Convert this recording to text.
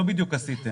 לא בדיוק עשיתם.